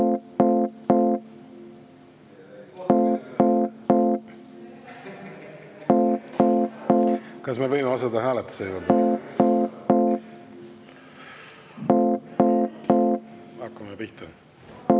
Kas me võime asuda hääletama? Hakkame pihta.